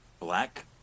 black